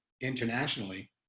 internationally